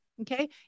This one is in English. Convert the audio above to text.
okay